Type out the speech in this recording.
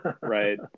right